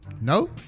No